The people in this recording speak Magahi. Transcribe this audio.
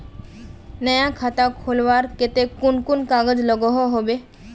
नया खाता खोलवार केते कुन कुन कागज लागोहो होबे?